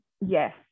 Yes